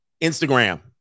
Instagram